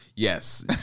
Yes